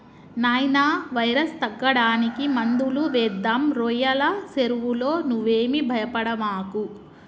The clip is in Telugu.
నాయినా వైరస్ తగ్గడానికి మందులు వేద్దాం రోయ్యల సెరువులో నువ్వేమీ భయపడమాకు